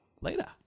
Later